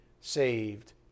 saved